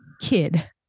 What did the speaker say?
kid